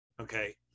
Okay